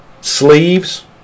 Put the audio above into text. sleeves